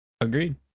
Agreed